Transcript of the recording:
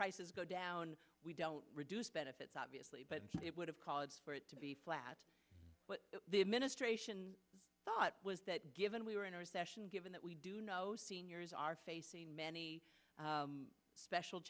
prices go down we don't reduce benefits obviously but it would have cause for it to be flat what the administration thought was that given we were in a recession given that we do know seniors are facing many special